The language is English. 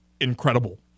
incredible